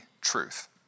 truth